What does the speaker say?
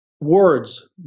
words